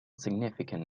significant